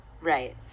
Right